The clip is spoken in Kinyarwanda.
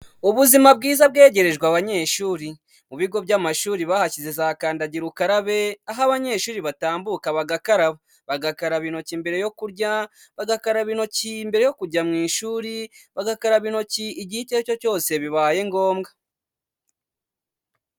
Ubuzima bwiza bwegerejwe abanyeshuri, mu bigo by'amashuri bahashyize za kandagira ukarabe, aho abanyeshuri batambuka bagakaraba, bagakaraba intoki mbere yo kurya, bagakaraba intoki mbere yo kujya mu ishuri, bagakaraba intoki igihe icyo ari cyo cyose bibaye ngombwa.